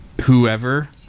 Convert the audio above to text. whoever